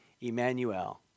Emmanuel